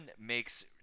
makes